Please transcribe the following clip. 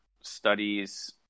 studies